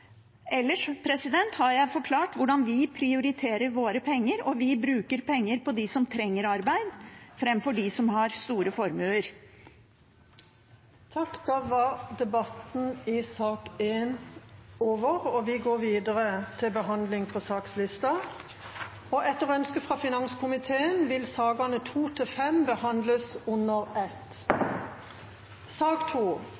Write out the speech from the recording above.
har jeg forklart hvordan vi prioriterer våre penger, og vi bruker penger på dem som trenger arbeid, framfor dem som har store formuer. Flere har ikke bedt om ordet til sak nr. 1. Etter ønske fra kommunal- og forvaltningskomiteen vil sakene nr. 2–5 bli behandlet under ett. Etter ønske fra finanskomiteen vil